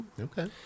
Okay